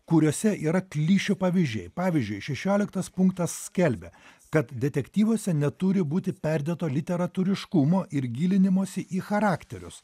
kuriuose yra klišių pavyzdžiai pavyzdžiui šešioliktas punktas skelbia kad detektyvuose neturi būti perdėto literatūriškumo ir gilinimosi į charakterius